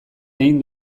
egin